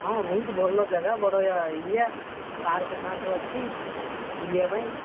ହଁ ବହୁତ ଭଲ ଜାଗା ବଡ଼ ଏରିଆ ପାର୍କ ଫାର୍କ ଅଛି ବୁଲିବା ପାଇଁ